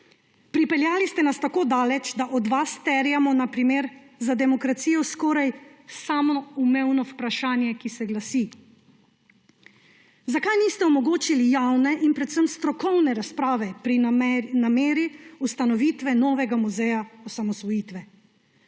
Pripeljali ste nas tako daleč, da od vas terjamo, na primer za demokracijo skoraj samoumevno vprašanje, ki se glasi: Zakaj niste omogočili javne in predvsem strokovne razprave pri nameri ustanovitve novega muzeja osamosvojitve?